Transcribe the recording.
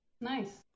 nice